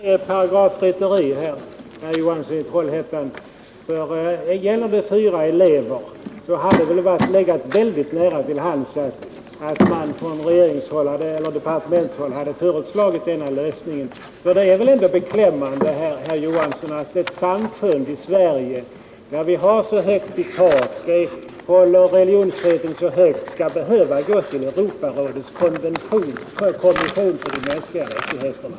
Herr talman! Jag tycker nog att det är paragrafrytteri, herr Johansson i Trollhättan. Här gäller det fyra elever. Det hade väl legat nära till hands att man på departementshåll föreslagit en sådan lösning. När vi i Sverige håller religionsfriheten så högt, är det väl beklämmande, att ett samfund i Sverige skall behöva gå till Europarådets kommission för de mänskliga rättigheterna. Frågan kunde väl som det nämndes tidigare ha fått en praktisk lösning här hemma.